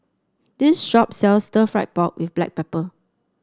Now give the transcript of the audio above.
this shop sells stir fry pork with Black Pepper